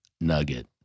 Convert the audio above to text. Nugget